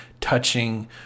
touching